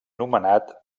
nomenat